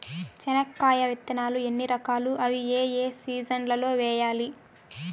చెనక్కాయ విత్తనాలు ఎన్ని రకాలు? అవి ఏ ఏ సీజన్లలో వేయాలి?